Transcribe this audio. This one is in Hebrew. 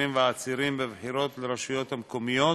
אסירים ועצירים בבחירות לרשויות המקומיות